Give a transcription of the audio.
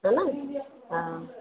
हन हा